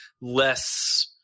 less